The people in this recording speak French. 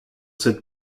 cette